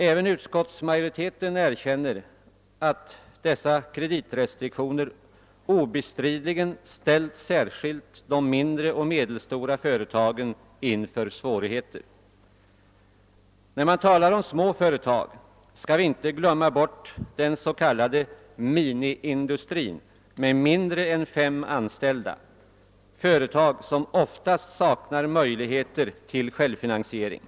även utskottsmajoriteten erkänner att dessa kreditrestriktioner obestridligen ställt särskilt de mindre och medelstora företagen inför svårigheter. När vi talar om små företag skall vi inte glömma bort den s.k. miniindustrin med mindre än fem anställda — företag som oftast saknar möjligheter till självfinansiering.